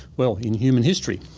well, in human history.